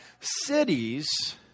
cities